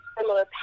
similar